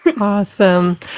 awesome